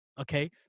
okay